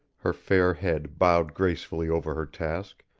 her fair head bowed gracefully over her task,